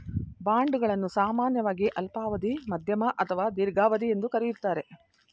bond ಗಳನ್ನು ಸಾಮಾನ್ಯವಾಗಿ ಅಲ್ಪಾವಧಿ, ಮಧ್ಯಮ ಅಥವಾ ದೀರ್ಘಾವಧಿ ಎಂದು ಕರೆಯುತ್ತಾರೆ